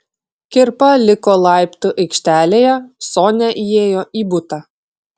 kirpa liko laiptų aikštelėje sonia įėjo į butą